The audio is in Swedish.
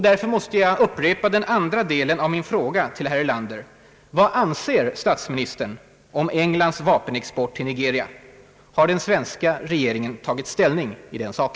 Därför måste jag upprepa den andra delen av min fråga till herr Erlander: Vad anser statsministern om Englands vapenexport till Nigeria? Har den svenska regeringen tagit ställning till denna sak?